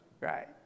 Right